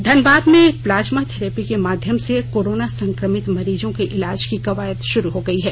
धनबाद में plasma therapy के माध्यम से कोरोना संक्रमित मरीजों के इलाज की कवायद शुरू हो गयी है